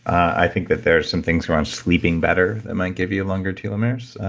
i think that there are some things around sleeping better that might give you longer telomeres?